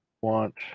want